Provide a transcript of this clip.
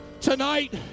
Tonight